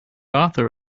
author